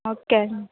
okay అండి